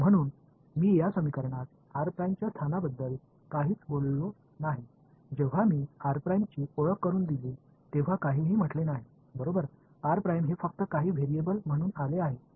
म्हणून मी या समीकरणात r' च्या स्थानाबद्दल काहीच बोललो नाही जेव्हा मी r ची ओळख करुन देली तेव्हा काहीही म्हटले नाही बरोबर r' हे फक्त काही व्हेरिएबल म्हणून आले आहे